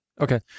Okay